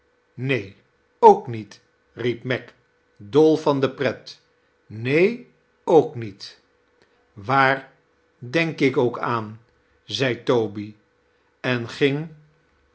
neen ook niet riep meg dol van de pret neen ook niet waar denk ik ook aan zei toby